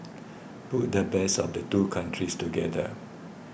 put the best of the two countries together